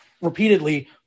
repeatedly